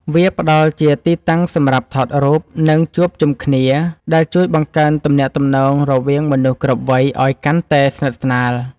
វាផ្ដល់ជាទីតាំងសម្រាប់ថតរូប និងជួបជុំគ្នា ដែលជួយបង្កើនទំនាក់ទំនងរវាងមនុស្សគ្រប់វ័យឱ្យកាន់តែស្និទ្ធស្នាល។